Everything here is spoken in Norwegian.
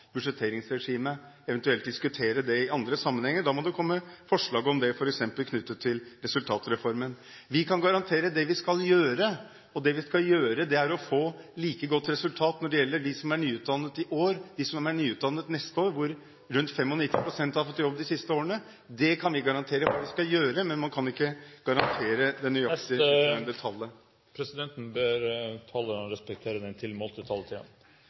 eventuelt diskutere det i andre sammenhenger. Da må det komme forslag om det f.eks. knyttet til resultatreformen. Vi kan garantere det vi skal gjøre, og det vi skal gjøre er å få like godt resultat når det gjelder dem som er nyutdannet i år, og dem som er nyutdannet neste år – rundt 95 pst. har fått jobb de siste årene. Det kan vi garantere at vi skal gjøre, men man kan ikke garantere det nøyaktige, fullstendige tallet. Presidenten ber talerne respektere den tilmålte taletiden.